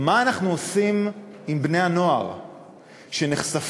מה אנחנו עושים עם בני-הנוער שנחשפים,